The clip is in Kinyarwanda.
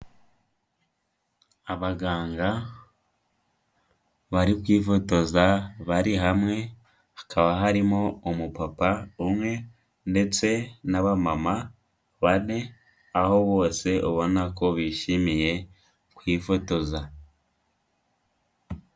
Abaganga bari kwifotoza bari hamwe, hakaba harimo umupapa umwe, ndetse n'abamama bane, aho bose ubona ko bishimiye kwifotoza.